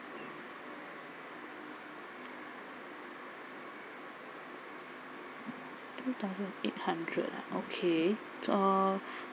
two thousand and eight hundred ah okay uh